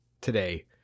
today